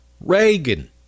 Reagan